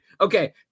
Okay